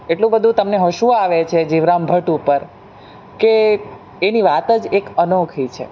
એટલું બધું તમને હસું આવે છે જીવરામ ભટ્ટ ઉપર કે એની વાત જ એક અનોખી છે